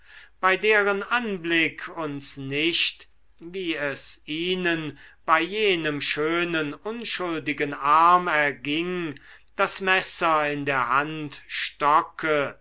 bei deren anblick uns nicht wie es ihnen bei jenem schönen unschuldigen arm erging das messer in der hand stocke